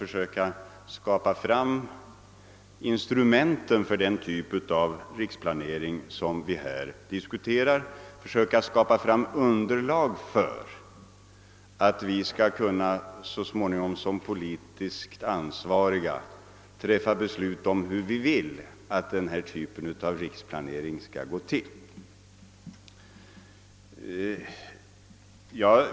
Det gäller ju att försöka skapa instrumenten för en ny typ av planering, att försöka skaffa underlag för att vi så småningom som politiskt ansvariga skall kunna träffa beslut om hur denna typ av riksplanering enligt vår uppfattning skall gå till.